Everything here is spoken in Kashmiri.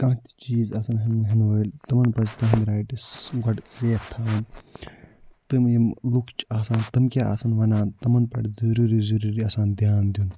کانٛہہ تہِ چیٖز آسَن ہیٚن ہیٚن وٲلۍ تِمَن پَزِ تِہٕنٛدۍ رایٹٕس گۄڈٕ سیف تھاوٕنۍ تم یِم لُکھ چھِ آسان تم کیٛاہ آسَن وَنان تمَن پٮ۪ٹھ ضُروٗری ضُروٗری آسان دھیان دیُن